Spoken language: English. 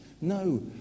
No